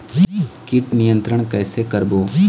कीट नियंत्रण कइसे करबो?